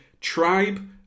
tribe